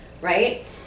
right